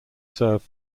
serve